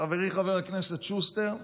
חברי חבר הכנסת שוסטר,